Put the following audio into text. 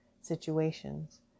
situations